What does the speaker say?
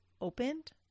opened